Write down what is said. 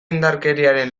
indarkeriaren